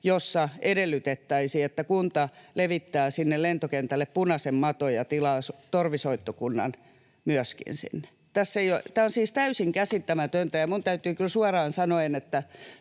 jossa edellytettäisiin, että kunta levittää sinne lentokentälle punaisen maton ja tilaa sinne myöskin torvisoittokunnan. Tämä on siis täysin käsittämätöntä. Minun täytyy kyllä suoraan sanoa, että